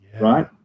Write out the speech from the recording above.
Right